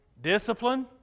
Discipline